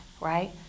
right